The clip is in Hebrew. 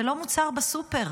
זה לא מוצר בסופר.